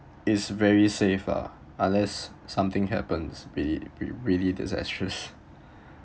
it's very safe ah unless something happens really re~ really disastrous